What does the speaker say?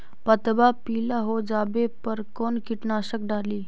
पतबा पिला हो जाबे पर कौन कीटनाशक डाली?